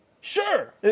Sure